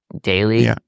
daily